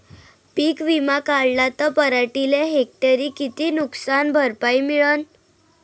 पीक विमा काढला त पराटीले हेक्टरी किती नुकसान भरपाई मिळीनं?